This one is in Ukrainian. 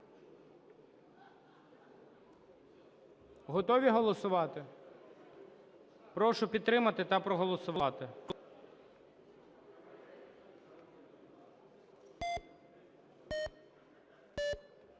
Готові голосувати? Прошу підтримати та проголосувати.